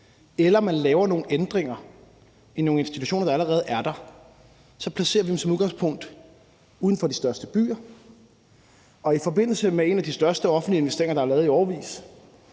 eller man laver nogle ændringer i nogle institutioner, der allerede er der, så placerer vi dem som udgangspunkt uden for de største byer. Og i forbindelse med en af de største offentlige investeringer, der er lavet i årevis,